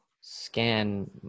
scan